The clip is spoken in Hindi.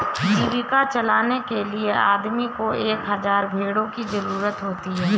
जीविका चलाने के लिए आदमी को एक हज़ार भेड़ों की जरूरत होती है